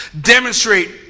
Demonstrate